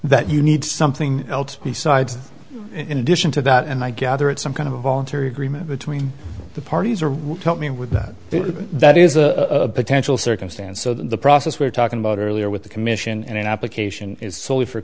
that you need something else besides in addition to that and i gather it's some kind of voluntary agreement between the parties or help me with that is a potential circumstance so the process we're talking about earlier with the commission and an application is soley for